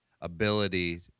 ability